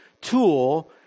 tool